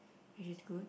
which is good